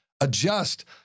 adjust